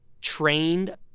trained